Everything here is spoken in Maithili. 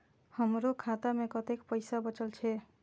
हमरो खाता में कतेक पैसा बचल छे?